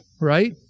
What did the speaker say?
right